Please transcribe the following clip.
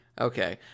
Okay